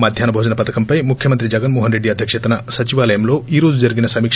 మధ్యాహ్నా భోజన పథకంపై ముఖ్యమంత్రి జగన్మోహన్రెడ్డి అధ్యక్షతన సచివాలయంలో ఈ రోజు జరిగిన సమీక